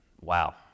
Wow